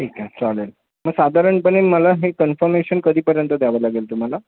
ठीक आहे चालेल मग साधारणपणे मला हे कन्फमेशन कधीपर्यंत द्यावं लागेल तुम्हाला